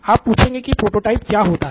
आप पूछेंगे की प्रोटोटाइप क्या होता हैं